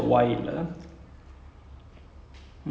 ya yes right that's the one